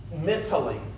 mentally